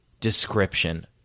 description